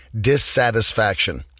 dissatisfaction